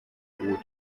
gut